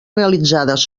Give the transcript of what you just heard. realitzades